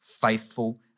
faithful